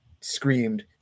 screamed